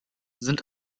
sind